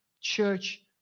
church